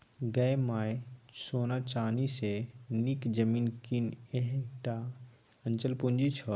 गै माय सोना चानी सँ नीक जमीन कीन यैह टा अचल पूंजी छौ